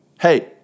Hey